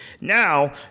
now